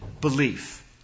belief